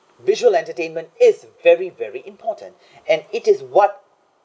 visual entertainment is very very important and it is what